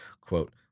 quote